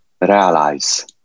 realize